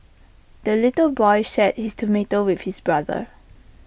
the little boy shared his tomato with his brother